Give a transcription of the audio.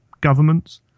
governments